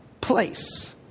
place